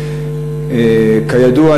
כידוע,